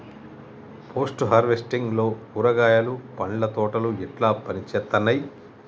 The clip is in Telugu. పోస్ట్ హార్వెస్టింగ్ లో కూరగాయలు పండ్ల తోటలు ఎట్లా పనిచేత్తనయ్?